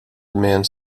demand